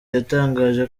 yatangaje